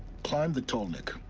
climb the tallneck.